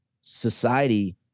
society